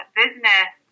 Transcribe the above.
business